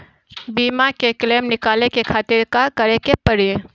बीमा के क्लेम निकाले के खातिर का करे के पड़ी?